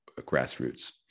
grassroots